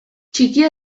txikia